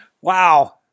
Wow